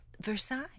Versailles